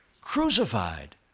crucified